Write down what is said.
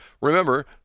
remember